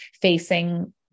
facing